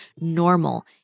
normal